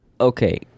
okay